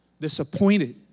disappointed